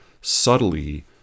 subtly